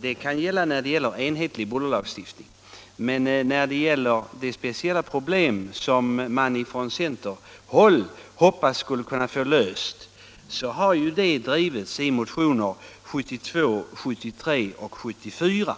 Det kan vara riktigt när det gäller övergripande bullerlagstiftning, men frågan om de speciella problem som man från centerhåll hoppats få lösa har drivits i motioner 1972, 1973 och 1974.